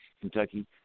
Kentucky